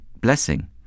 blessing